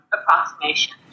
approximation